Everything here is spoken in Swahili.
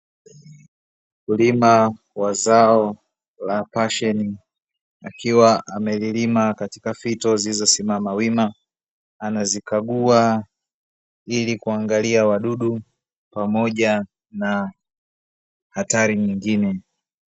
Mkulima wa zao la pasheni akiwa amelilima katika fito zilizosimama wima. anazikagua ili kuangalia wadudu, pamoja na hatari nyingine.